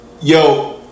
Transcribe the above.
Yo